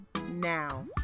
now